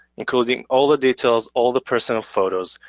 including all the details, all the personal photos.